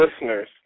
listeners